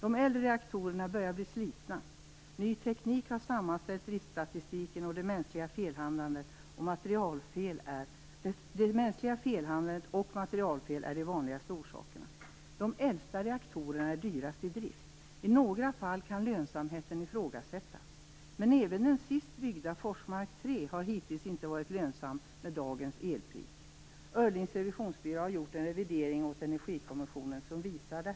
De äldre reaktorerna börjar bli slitna. Ny Teknik har sammanställt driftsstatistiken, och det mänskliga felhandlandet och materialfel är de vanligaste orsakerna. De äldsta reaktorerna är dyrast i drift. I några fall kan lönsamheten ifrågasättas. Men även den sist byggda Forsmark 3 har hittills inte varit lönsam med dagens elpris. Öhrlings revisionsbyrå har gjort en revidering åt Energikommissionen som visar det.